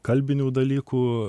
kalbinių dalykų